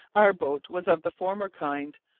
our boat was of the former kind,